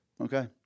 Okay